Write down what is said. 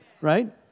right